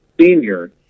senior